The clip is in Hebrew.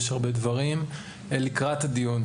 יש הרבה דברים לקראת הדיון.